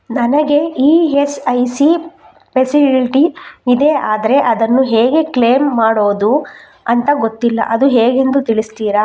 ನನಗೆ ESIC facility ಇದೆ ಆದ್ರೆ ಅದನ್ನು ಹೇಗೆ ಕ್ಲೇಮ್ ಮಾಡೋದು ಅಂತ ಗೊತ್ತಿಲ್ಲ ಅದು ಹೇಗೆಂದು ತಿಳಿಸ್ತೀರಾ?